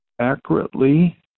accurately